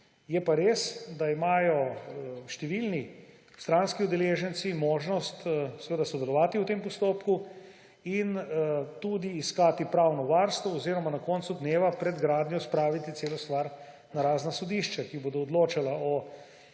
Je pa res, da imajo številni stranski udeleženci možnost sodelovati v tem postopku in tudi iskati pravno varstvo oziroma na koncu dneva pred gradnjo spraviti celo stvar na razna sodišča, ki bodo odločala o